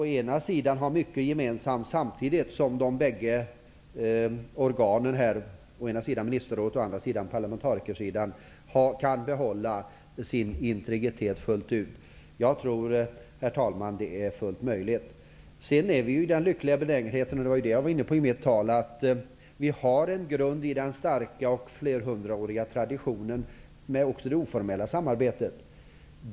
De båda organen -- ministerrådet och parlamentarikerna -- kan ha mycket gemensamt, samtidigt som de behåller sin integritet fullt ut. Jag tror, herr talman, att detta är fullt möjligt. Jag var i mitt anförande inne på det faktum att vi är i den lyckliga situationen att ha en grund i den starka, flerhundraåriga traditionen av också informellt samarbete.